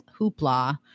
hoopla